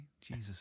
Jesus